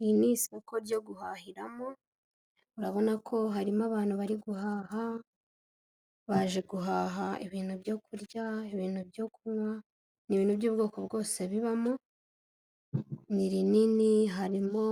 Iri ni isoko ryo guhahiramo urabona ko harimo abantu bari guhaha, baje guhaha ibintu byo kurya, ibintu byo kunywa, ni ibintu by'ubwoko bwose bibamo, ni rinini harimo